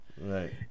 Right